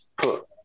put